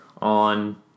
on